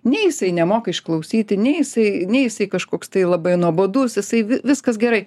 nei jisai nemoka išklausyti nei jisai nei jisai kažkoks tai labai nuobodus jisai vi viskas gerai